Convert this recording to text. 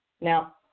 Now